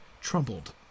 troubled